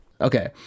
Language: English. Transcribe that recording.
Okay